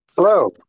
Hello